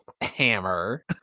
hammer